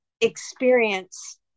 experience